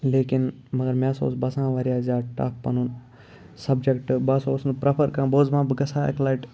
لیکن مگر مےٚ ہَسا اوس باسان واریاہ زیادٕ ٹَف پَنُن سَبجَکٹ بہٕ ہَسا اوسُس نہٕ پرٛفَر کَران بہٕ اوسُس دَپان بہٕ گژھٕ ہا اَکہِ لَٹہِ